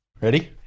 Ready